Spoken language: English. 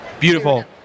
Beautiful